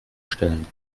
stellen